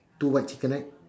two white chicken right